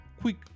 quick